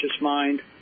mind